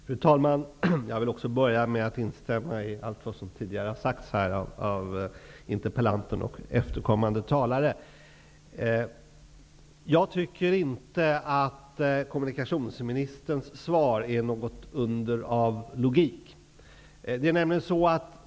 Fru talman! Jag vill också börja med att instämma i allt vad som tidigare har sagts här av interpellanten och efterföljande talare. Jag anser inte att kommunikationsministerns svar är något under av logik.